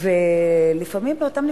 וגם להיות סימפתיים,